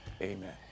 Amen